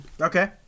Okay